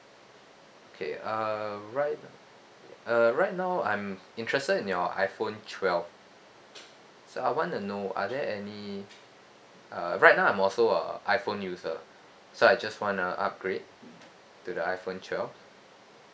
K uh right err right now I'm interested in your iphone twelve so I wanna know are there any uh right now I'm also a iphone user so I just wanna upgrade to the iphone twelve